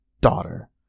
Daughter